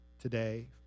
today